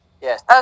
yes